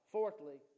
Fourthly